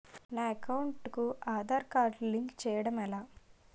నా అకౌంట్ కు Aadhaar card link చేయడం ఎలా?